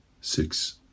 six